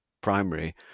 primary